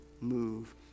move